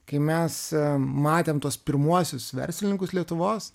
kai mes matėm tuos pirmuosius verslininkus lietuvos